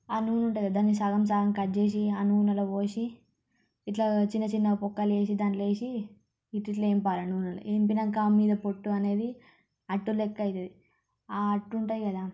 నూనె ఉంటుంది కదా దాన్ని సగం సగం కట్ చేసి ఆ నూనెలో పోసి ఇట్లా చిన్న చిన్నగా పొక్కలి చేసి దాంట్లో ఏసి ఇట్లిట్ల ఏంపాలే నూనెలో ఏంపినాక దాని మీద పొట్టు అనేది అట్టు లెక్క అవుతుంది ఆ అట్టు ఉంటుంది కదా